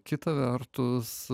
kita vertus